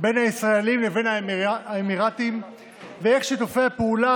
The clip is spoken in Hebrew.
בין הישראלים לבין האמירתים ואיך שיתופי הפעולה